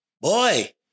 boy